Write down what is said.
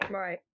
right